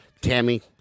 Tammy